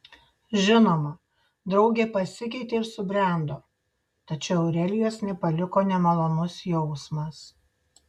žinoma draugė pasikeitė ir subrendo tačiau aurelijos nepaliko nemalonus jausmas